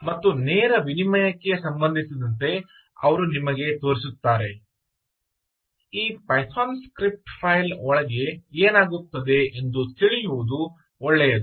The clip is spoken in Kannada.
ಮತ್ತು ನೇರ ವಿನಿಮಯಕ್ಕೆ ಸಂಬಂಧಿಸಿದಂತೆ ಅವರು ನಿಮಗೆ ತೋರಿಸುತ್ತಾರೆ ಈ ಪೈಥಾನ್ ಸ್ಕ್ರಿಪ್ಟ್ ಫೈಲ್ ಒಳಗೆ ಏನಾಗುತ್ತದೆ ಎಂದು ತಿಳಿಯುವುದು ಒಳ್ಳೆಯದು